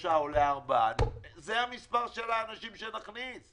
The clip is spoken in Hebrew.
לשלושה או ארבעה, זה המספר של האנשים שנכניס,